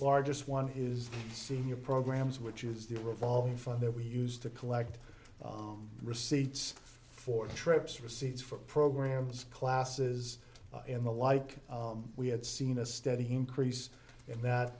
largest one is the senior programs which is the revolving fund their we used to collect receipts for trips receipts for programs classes in the like we had seen a steady increase in that